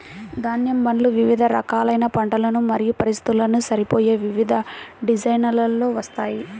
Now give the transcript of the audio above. ధాన్యం బండ్లు వివిధ రకాలైన పంటలు మరియు పరిస్థితులకు సరిపోయే వివిధ డిజైన్లలో వస్తాయి